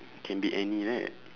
can be any right